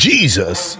Jesus